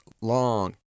long